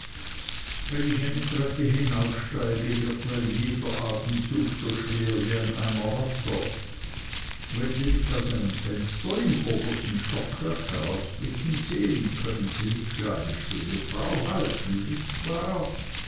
wenn ich eine treppe hinaufsteige wird mir jeder atemzug so schwer wie ein eimer wasser wenn sie mich aus einem fenster im obersten stockwerk herausblicken sehen könnten sie mich für eine schöne frau halten nicht wahr